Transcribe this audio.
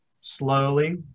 slowly